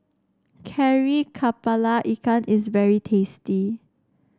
Kari kepala Ikan is very tasty